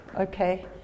okay